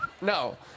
No